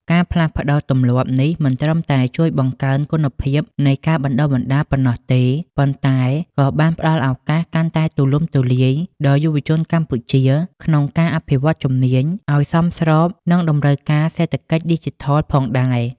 ការផ្លាស់ប្តូរទម្លាប់នេះមិនត្រឹមតែជួយបង្កើនគុណភាពនៃការបណ្តុះបណ្តាលប៉ុណ្ណោះទេ ប៉ុន្តែក៏បានផ្តល់ឱកាសកាន់តែទូលំទូលាយដល់យុវជនកម្ពុជាក្នុងការអភិវឌ្ឍជំនាញឱ្យសមស្របនឹងតម្រូវការសេដ្ឋកិច្ចឌីជីថលផងដែរ។